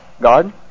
God